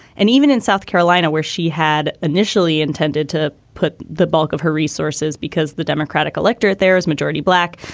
and even in south carolina, where she had initially intended to put the bulk of her resources because the democratic electorate there as majority black,